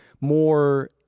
more